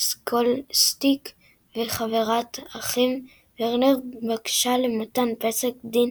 סקולסטיק וחברת האחים וורנר בקשה למתן פסק דין